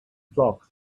flock